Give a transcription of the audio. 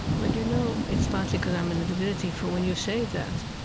well, you know, it's partly because i'm in the divinity, for when you say that,